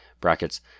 brackets